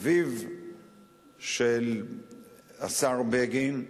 אביו של השר בגין,